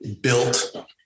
built